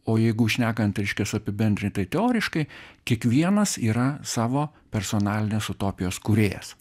o jeigu šnekant reiškias apibendrintai teoriškai kiekvienas yra savo personalinės utopijos kūrėjas